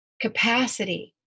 capacity